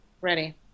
Ready